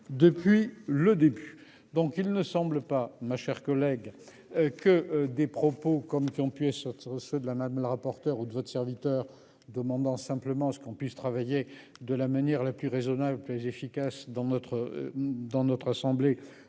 depuis le début. Donc, il ne semble pas ma chère collègue que des propos comme qui. Ce sont ceux de la même le rapporteur ou de votre serviteur demandant simplement ce qu'on puisse travailler de la manière la plus raisonnables plus efficace dans notre dans notre